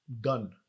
done